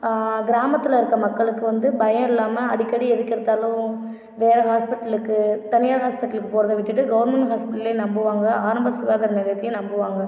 கிராமத்தில் இருக்க மக்களுக்கு வந்து பயம் இல்லாமல் அடிக்கடி எதுக்கு எடுத்தாலும் வேற ஹாஸ்பிடலுக்கு தனியார் ஹாஸ்பிடலுக்கு போகிறது விட்டுட்டு கவர்மெண்ட் ஹாஸ்பிடலே நம்புவாங்க ஆரம்ப சுகாதார நிலையதையும் நம்புவாங்க